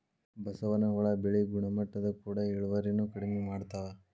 ಬಸವನ ಹುಳಾ ಬೆಳಿ ಗುಣಮಟ್ಟದ ಕೂಡ ಇಳುವರಿನು ಕಡಮಿ ಮಾಡತಾವ